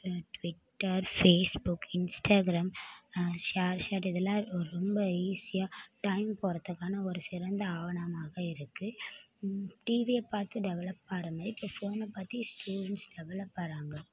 ட Twitter Facebook Instagram ShareChat இதெல்லாம் ரொ ரொம்ப ஈஸியாக டைம் போறத்துக்கான ஒரு சிறந்த ஆவணமாக இருக்கு டிவியை பார்த்து டெவலப்பார மாரி இப்போ ஃபோனை பார்த்து ஸ்டூடெண்ட்ஸ் டெவலப்பாறாங்க